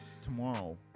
tomorrow